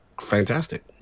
Fantastic